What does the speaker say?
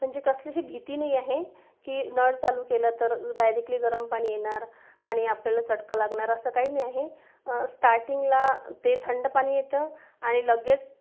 म्हणजे कसली अशी भिती नाही आहे की नळ चालू केलं तर डायरेक्टली गरम पाणी येणार आणि आपल्याला चटका लागणार असं काही नाही आहे स्टार्टिंगला ते थंड पाणी येतं आणि लगेच